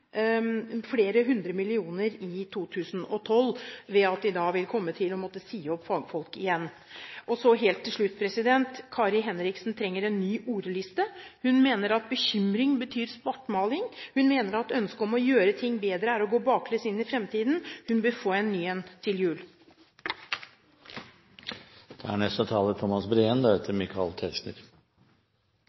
flere hundre millioner i 2012 og da vil komme til å måtte si opp fagfolk igjen? Så helt til slutt: Kari Henriksen trenger en ny ordliste. Hun mener at «bekymring» betyr «svartmaling». Hun mener at ønsket om å gjøre ting bedre er å gå baklengs inn i fremtiden. Hun bør få en ny til jul. Det å gjennomføre så store omstillinger som det man her har lagt opp til, er